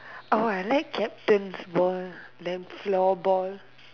orh I like captain's ball then floorball